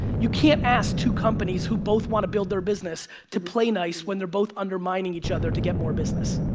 you can't ask two companies who both want to build their business to play nice, when they're both undermining each other to get more business.